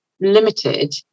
limited